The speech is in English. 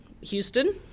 Houston